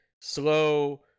slow